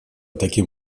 таким